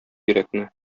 йөрәкне